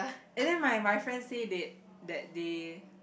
and then my my friend say they that they